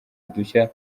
udushya